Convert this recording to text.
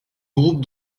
groupes